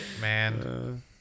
Man